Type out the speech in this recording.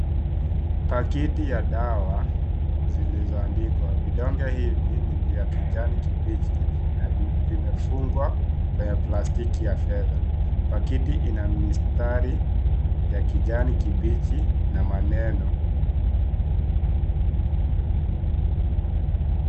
Pakiti ya dawa zilizoandikwa. Vidonge hivi ni vya kijani kibichi na vimefungwa kwa plastiki ya fedha. Pakiti ina mistari ya kijani kibichi na maneno.